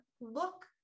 look